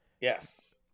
yes